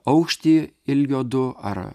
aukšti ilgio du ar